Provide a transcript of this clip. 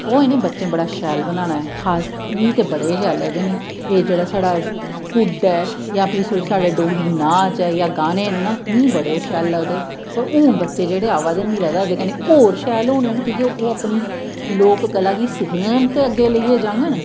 ओह् इ'नें बच्चे बड़ा शैल बनाना ऐ खास मीं ते बड़े गै शैल लगदे मीं एह् जेह्ड़ा साढ़ा कुड्ढ ऐ जां फ्ही साढ़ा डोगरी नाच ऐ जां गाने ना मी ओह् बड़े शैल लगदे पर हून बच्चे जेह्ड़े आवै दे न एह्दे कन्नै होर शैल होने न कि के ओह् अपनी लोक कला गी सिक्खगन ते अग्गे लेइयै जाङन